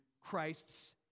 Christ's